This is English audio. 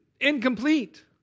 incomplete